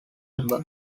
album